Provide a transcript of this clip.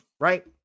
right